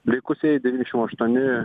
likusieji devyniasdešim aštuoni